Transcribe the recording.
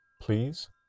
please